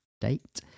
date